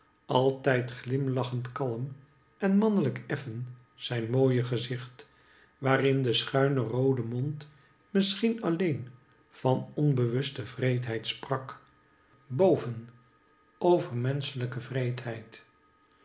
altijd glimlachend kalm en mannehjk effen zijn mooie gezicht waarin de schuine roode mond misschien alleen van onbewuste wreedheid sprak boven